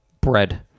bread